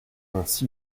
ainsi